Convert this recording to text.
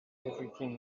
everything